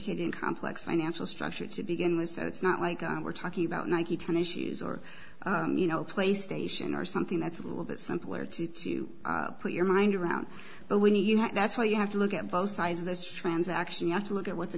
sophisticated complex financial structure to begin with so it's not like we're talking about nike tennis shoes or you know playstation or something that's a little bit simpler to put your mind around but when you have that's why you have to look at both sides of this transaction you have to look at what the